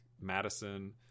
madison